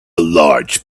large